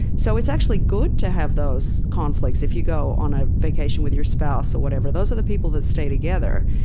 so it's actually good to have those conflicts if you go on a vacation with your spouse or whatever. those are the people that stay together.